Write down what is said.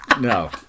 No